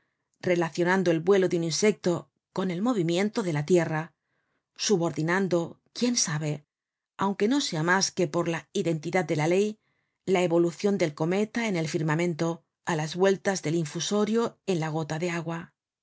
relacionando el vuelo de un insecto con el movimiento de la tierra subordinando quién sabe aunque no sea mas que por la identidad de la ley la evolucion del cometa en el firmamento á las vueltas del infusorio en la gota de agua